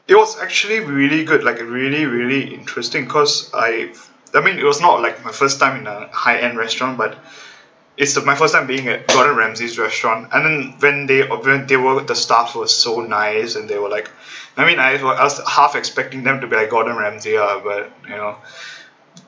it was actually really good like a really really interesting cause I I mean it was not like my first time in a high end restaurant but it's my first time being at gordon ramsay's restaurant and then when they when they the staff was so nice and they were like I mean I was half expecting them to be like gordon ramsey uh but you know